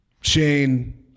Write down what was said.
Shane